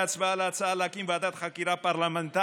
בהצבעה על ההצעה להקים ועדת חקירה פרלמנטרית